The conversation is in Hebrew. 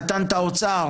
נתן את האוצר,